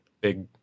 big